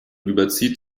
überzieht